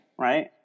Right